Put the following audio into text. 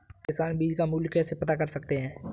किसान बीज का मूल्य कैसे पता कर सकते हैं?